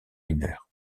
mineures